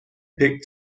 depict